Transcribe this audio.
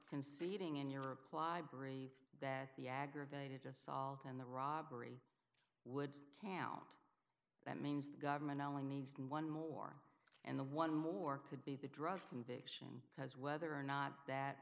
conceding in your reply brief that the aggravated assault and the robbery would can't that means the government only needs one more and the one more could be the drug conviction because whether or not that